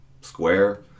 square